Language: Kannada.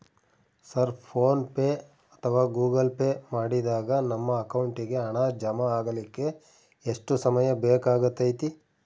ಸರ್ ಫೋನ್ ಪೆ ಅಥವಾ ಗೂಗಲ್ ಪೆ ಮಾಡಿದಾಗ ನಮ್ಮ ಅಕೌಂಟಿಗೆ ಹಣ ಜಮಾ ಆಗಲಿಕ್ಕೆ ಎಷ್ಟು ಸಮಯ ಬೇಕಾಗತೈತಿ?